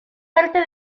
parte